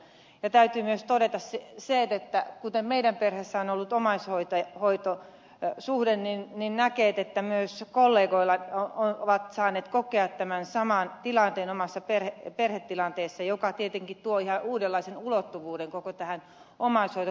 täytyy myös todeta se että kuten meidän perheessämme on ollut omaishoitosuhde niin näkee että myös kollegat ovat saaneet kokea tämän saman tilanteen omassa perheessä mikä tietenkin tuo ihan uudenlaisen ulottuvuuden koko tähän omaishoitokeskusteluun